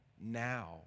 now